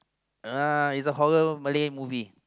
uh it's a horror Malay movie